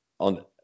On